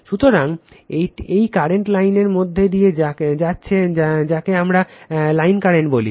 সুতরাং এই কারেন্ট লাইনের মধ্য দিয়ে যাচ্ছে যাকে আমরা লাইন কারেন্ট বলি